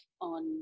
on